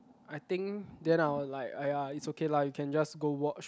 I think then I was like !aiya! it's okay lah you can just go watch